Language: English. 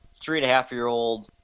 three-and-a-half-year-old